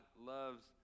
loves